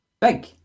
Big